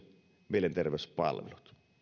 mielenterveyspalvelut